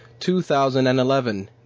2011